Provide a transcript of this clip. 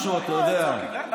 משהו, אתה יודע, הם צועקים.